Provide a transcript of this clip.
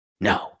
No